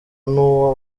nuwo